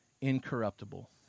incorruptible